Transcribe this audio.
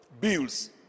bills